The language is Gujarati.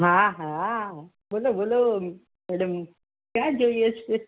હા હા બોલો બોલો મેડમ કયાં જોઇએ છે